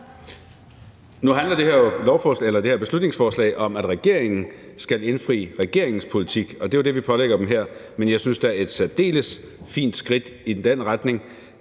Nu handler det her beslutningsforslag jo om, at regeringen skal indfri regeringens politik, og det er det, vi pålægger dem her. Men jeg synes da, at et særdeles fint skridt i den retning